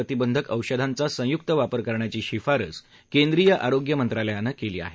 प्रतिंधक औषधांचा संयुक्त वापर करण्याची शिफारस केंद्रीय आरोग्य मंत्रालयानं केली आहे